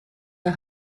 der